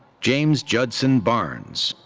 james judson barnes.